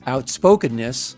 Outspokenness